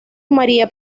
maría